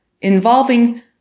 involving